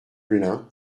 blein